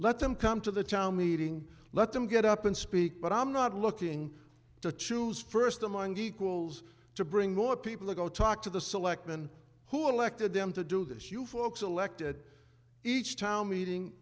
let them come to the town meeting let them get up and speak but i'm not looking to choose first among equals to bring more people to go talk to the selectmen who elected them to do this you folks elected each town meeting